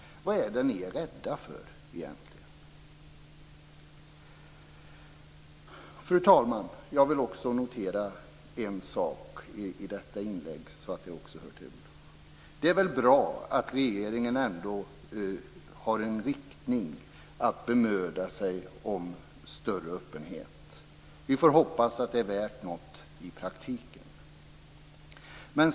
Vad är ni rädda för egentligen? Fru talman! Jag vill notera ytterligare en sak i detta inlägg. Det är väl bra att regeringen har riktningen att bemöda sig om större öppenhet. Vi får hoppas att det är värt något i praktiken.